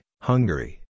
Hungary